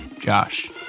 Josh